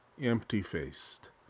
empty-faced